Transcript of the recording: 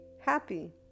happy